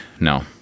no